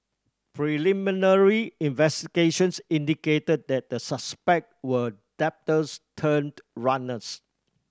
preliminary investigations indicated that the suspect were debtors turned runners